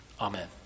Amen